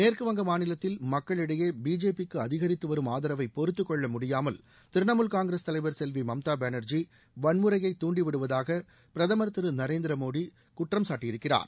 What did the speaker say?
மேற்குவங்க மாநிலத்தில் மக்களிடையே பிஜேபி க்கு அதிகரித்துவரும் ஆதரவை பொறுத்துக் கொள்ள முடியாமல் திரிணாமூல் காங்கிரஸ் தலைவர் செல்வி மம்தா பானர்ஜி வன்முறையை தூண்டிவிடுவதாக பிரதமர் திரு நரேந்திர மோடி குற்றஞ்சாட்டியிருக்கிறார்